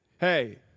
Hey